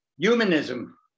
Humanism